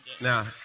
Now